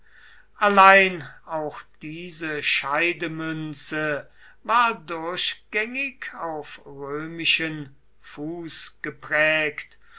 allein auch diese scheidemünze war durchgängig auf römischen fuß geprägt